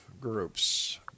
groups